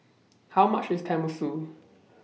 How much IS Tenmusu